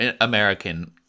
American